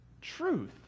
truth